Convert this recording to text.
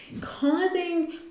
causing